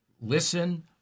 listen